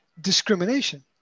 discrimination